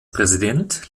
präsident